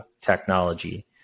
technology